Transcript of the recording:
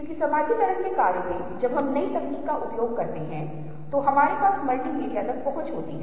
इसलिए ये सिद्धांत हैं हालांकि हम सिद्धांतों पर विस्तार से विचार नहीं कर रहे हैं जो विभिन्न प्रकार की रूप अनुभूति के बारे में बात करते हैं